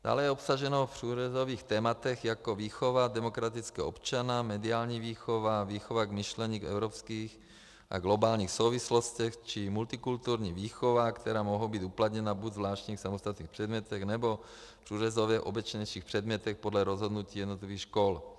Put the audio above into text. Dále je obsaženo v průřezových tématech jako výchova demokratického občana, mediální výchova, výchova k myšlení v evropských a globálních souvislostech či multikulturní výchova, která mohou být uplatněna ve zvláštních samostatných předmětech nebo průřezově v obecnějších předmětech podle rozhodnutí jednotlivých škol.